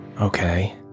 Okay